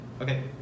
Okay